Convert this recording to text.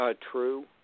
true